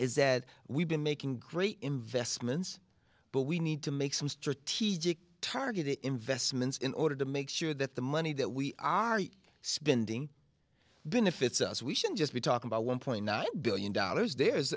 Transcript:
is that we've been making great investments but we need to make some strategic targeted investments in order to make sure that the money that we are spending been if it's us we shouldn't just be talking about one point nine billion dollars there